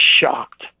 shocked